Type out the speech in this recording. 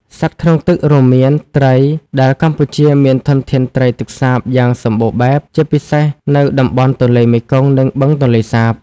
សត្វក្នុងទឹករួមមានត្រី ដែលកម្ពុជាមានធនធានត្រីទឹកសាបយ៉ាងសំបូរបែប ជាពិសេសនៅតំបន់ទន្លេមេគង្គ និងបឹងទន្លេសាប។